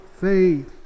faith